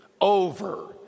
over